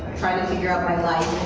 trying to figure out my life,